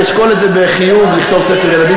אני אשקול את זה בחיוב, לכתוב ספר ילדים.